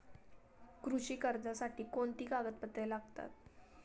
कृषी कर्जासाठी कोणती कागदपत्रे लागतात?